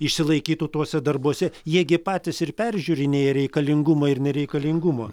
išsilaikytų tuose darbuose jie gi patys ir peržiūrinėja reikalingumą ir nereikalingumą